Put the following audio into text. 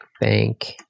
bank